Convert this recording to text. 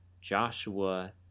Joshua